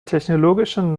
technologischen